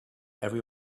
every